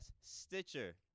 Stitcher